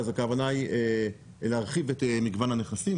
אז הכוונה היא להרחיב את מגוון הנכסים,